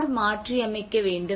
யார் மாற்றியமைக்க வேண்டும்